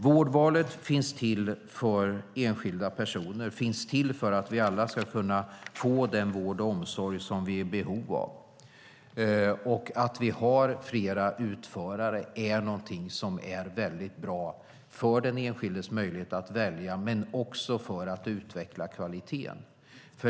Vårdvalet finns till för enskilda personer och för att vi alla ska kunna få den vård och omsorg som vi är i behov av. Att vi har flera utförare är väldigt bra för den enskildes möjlighet att välja men också för att utveckla kvaliteten.